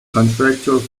contractor